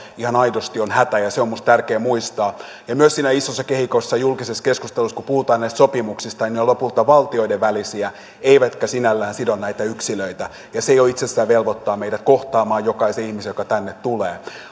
ihan aidosti on hätä ja se on minusta tärkeä muistaa myös siinä isossa kehikossa julkisessa keskustelussa kun puhutaan näistä sopimuksista ne ovat lopulta valtioiden välisiä eivätkä sinällään sido näitä yksilöitä ja se jo itsessään velvoittaa meidät kohtaamaan jokaisen ihmisen joka tänne tulee